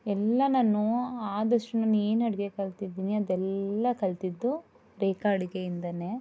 ಎಲ್ಲ ನಾನು ಆದಷ್ಟು ನಾನು ಏನು ಅಡಿಗೆ ಕಲಿತಿದ್ದೀನಿ ಅದೆಲ್ಲ ಕಲಿತಿದ್ದು ರೇಖಾ ಅಡುಗೆಯಿಂದನೇ